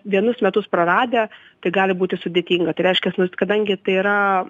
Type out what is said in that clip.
vienus metus praradę tai gali būti sudėtinga tai reiškias kadangi tai yra